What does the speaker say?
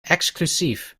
exclusief